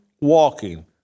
walking